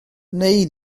wnei